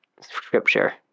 scripture